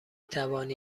توانی